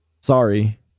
Sorry